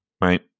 right